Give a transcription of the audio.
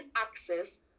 access